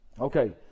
Okay